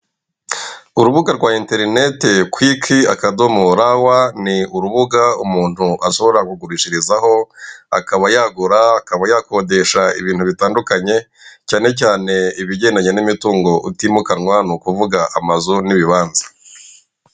Urubuga rwa enterinete kwiki akadomo ra wa, ni urubuga umuntu ashobora kugurishirizaho, akaba yagura, akaba yakodesha ibintu bitandukanye, cyane cyane ibigendanye n'imitungo utimukanwa ni ukuvuga amazu n'ibibanza.